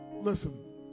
listen